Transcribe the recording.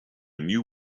new